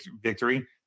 victory